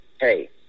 hey